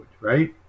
Right